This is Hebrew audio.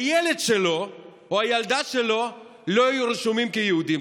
הילד שלו או הילדה שלו לא יהיו רשומים כיהודים.